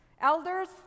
Elders